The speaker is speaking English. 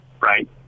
right